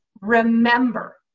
remember